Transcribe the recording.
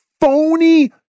phony